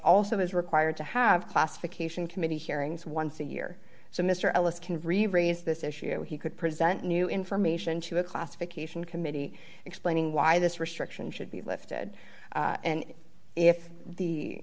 also is required to have classification committee hearings once a year so mr ellis can reraise this issue he could present new information to a classification committee explaining why this restriction should be lifted and if the